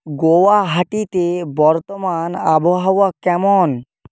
গোয়াহাটিতে বর্তমান আবহাওয়া কেমন